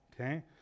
Okay